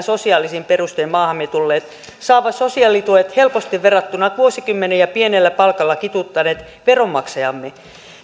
sosiaalisin perustein maahamme tulleet saavat sosiaalituet helposti verrattuna vuosikymmeniä pienellä palkalla kituuttaneisiin veronmaksajiimme